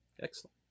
Excellent